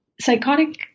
psychotic